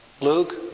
Luke